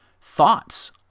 thoughts